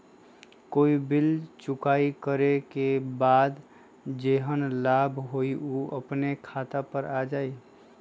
कोई बिल चुकाई करे के बाद जेहन लाभ होल उ अपने खाता पर आ जाई?